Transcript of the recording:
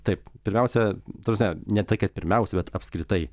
taip pirmiausia ta prasme ne tai kad pirmiausia bet apskritai